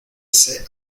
ese